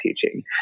teaching